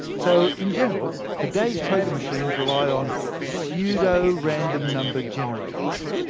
so in general, today's poker machines rely on pseudo-random number generators.